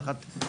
נכון.